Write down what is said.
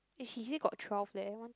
eh she say got twelve leh